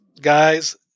guys